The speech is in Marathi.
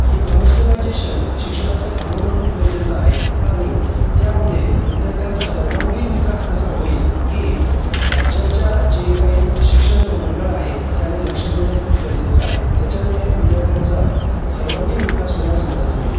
हे कमर्शिअलायझेशन शिक्षणाचं थांबवणं खूप गरजेचं आहे आणि त्यामध्ये विद्यार्थ्यांचा सर्वांगीण विकास कसा होईल हे राज्याच्या जे काही शिक्षण मंडळ आहे त्याने लक्ष देणं खूप गरजेचं आहे त्याच्याने विद्यार्थ्यांचं सर्वांगीण विकास होण्यास मदत होईल